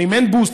ואם אין בוסט,